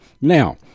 Now